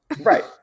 Right